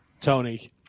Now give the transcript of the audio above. tony